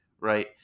right